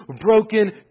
broken